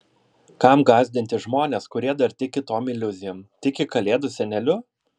kam gąsdinti žmones kurie dar tiki tom iliuzijom tiki kalėdų seneliu